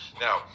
Now